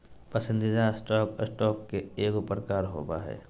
पसंदीदा stock, stock के एगो प्रकार होबो हइ